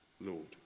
Lord